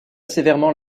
sévèrement